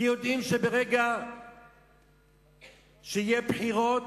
כי יודעים שברגע שיהיו בחירות,